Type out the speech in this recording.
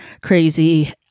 crazy